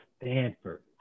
Stanford